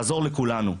לעזור לכולנו.